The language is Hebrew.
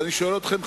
ואני שואל אתכם,